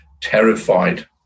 terrified